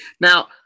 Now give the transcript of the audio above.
Now